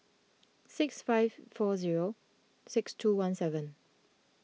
six five four zero six two one seven